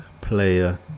player